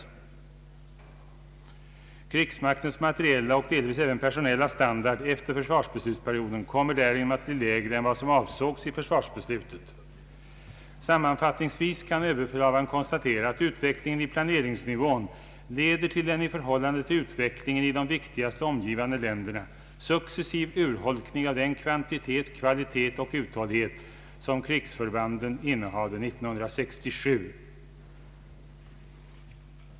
Och vidare: ”Krigsmaktens materiella och delvis även personella standard efter försvarsbeslutsperioden kommer därigenom att bli lägre än vad som avsågs i försvarsbeslutet.” Sammanfattningsvis kan överbefälhavaren konstatera ”att utvecklingen i planeringsnivån leder till en i förhållande till utvecklingen i de viktigaste omgivande länderna successiv urholkning av den kvantitet, kvalitet och uthållighet som krigsförbanden innehade 1967”.